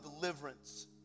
deliverance